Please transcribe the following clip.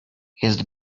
jest